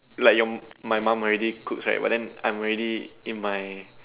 like your my mum already cooks right but I'm already in my